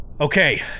Okay